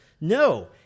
no